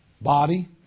body